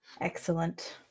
Excellent